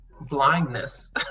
blindness